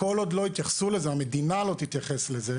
כל עוד המדינה לא תתייחס לזה